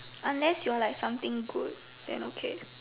unless you are like something good then okay